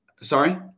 Sorry